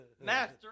master